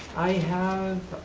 i have,